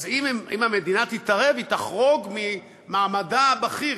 אז אם המדינה תתערב, היא תחרוג ממעמדה הבכיר.